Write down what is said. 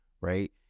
right